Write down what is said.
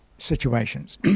situations